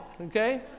okay